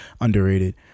underrated